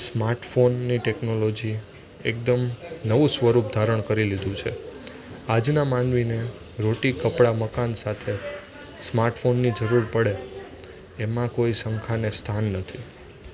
સ્માર્ટફોનની technology એકદમ નવું સ્વરૂપ ધારણ કરી લીધું છે આજના માનવીને રોટી કપડા મકાન સાથે સ્માર્ટફોનની જરૂર પડે એમાં કોઈ શંકાને સ્થાન નથી